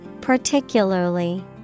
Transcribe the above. Particularly